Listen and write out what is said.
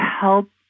help